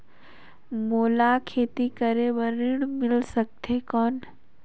मोला खेती करे बार ऋण मिल सकथे कौन?